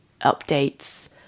updates